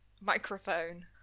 microphone